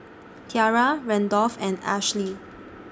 Tiarra Randolph and Ashely